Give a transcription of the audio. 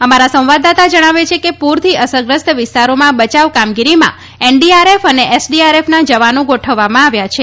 અમારા સંવાદદાતા જણાવે છે કે પુરથી અસરગ્રસ્ત વિસ્તારોમાં બયાવ કામગીરીમાં એનડીઆરએફ અને એસડીઆરએફના જવાનો ગોઠવવામાં આવ્યા છે